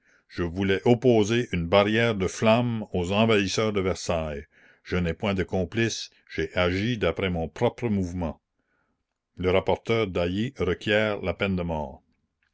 je voulais opposer une barrière de flammes aux envahisseurs de versailles je n'ai point de complices j'ai agi d'après mon propre mouvement le rapporteur dailly requiert la peine de mort